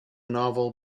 novel